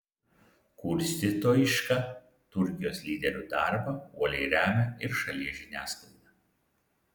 kurstytojišką turkijos lyderių darbą uoliai remia ir šalies žiniasklaida